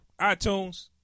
iTunes